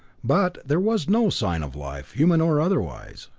but there was no sign of life, human or otherwise.